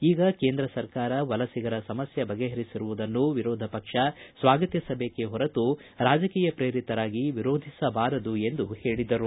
ಈಗ ಕೇಂದ್ರ ಸರ್ಕಾರ ವಲಸಿಗರ ಸಮಸ್ಥೆ ಬಗೆಹರಿಸಿರುವುದನ್ನು ವಿರೋಧ ಪಕ್ಷ ಸ್ನಾಗತಿಸಬೇಕೇ ಹೊರತು ರಾಜಕೀಯಪ್ರೇರಿತರಾಗಿ ವಿರೋಧಿಸಬಾರದು ಎಂದು ಹೇಳಿದರು